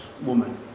woman